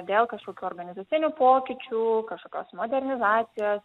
dėl kažkokių organizacinių pokyčių kažkokios modernizacijos